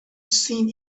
seen